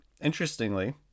interestingly